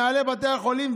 עם מנהלי בתי החולים,